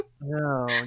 no